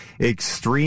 Extreme